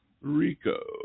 RICO